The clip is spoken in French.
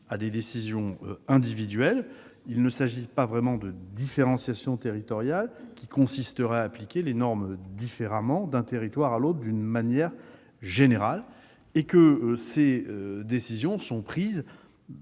à des décisions individuelles. Il ne s'agit pas d'une différenciation territoriale qui consisterait à appliquer les normes différemment d'un territoire à l'autre. D'une manière générale, ces décisions sont prises